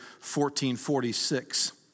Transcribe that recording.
1446